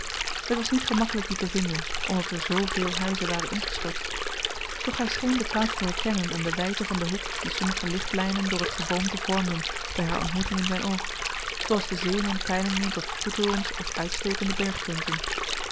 het was niet gemakkelyk die te vinden omdat er zoovéél huizen waren ingestort doch hy scheen de plaats te herkennen aan de wydte van den hoek dien sommige lichtlynen door t geboomte vormden by haar ontmoeting in zyn oog zooals de zeeman peiling neemt op vuurtorens of uitstekende